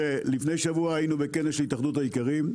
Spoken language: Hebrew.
לפני שבוע היינו בכנס של התאחדות האיכרים,